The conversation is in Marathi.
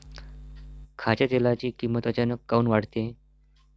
खाच्या तेलाची किमत अचानक काऊन वाढते?